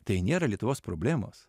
tai nėra lietuvos problemos